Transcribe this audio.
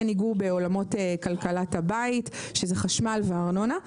יגעו בעולמות כלכלת הבית שזה חשמל וארנונה.